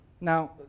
Now